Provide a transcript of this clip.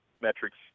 metrics